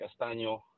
Castaño